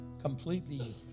completely